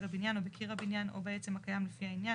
הבניין או בקיר הבניין או בעצם הקיים לפי העניין,